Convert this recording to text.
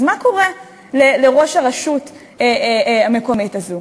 אז מה קורה לראש הרשות המקומית הזאת?